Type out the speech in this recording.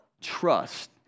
trust